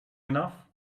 enough